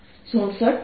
67 cm